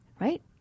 right